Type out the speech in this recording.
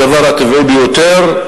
הדבר הטבעי ביותר: